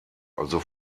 also